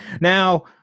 Now